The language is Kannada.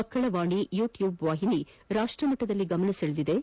ಮಕ್ಕಳ ವಾಣಿ ಯೂಟ್ಯೂಬ್ ವಾಹಿನಿ ರಾಷ್ವಮಟ್ಟದಲ್ಲಿ ಗಮನ ಸೆಳೆದಿದ್ದು